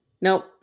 Nope